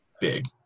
big